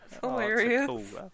Hilarious